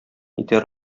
итәр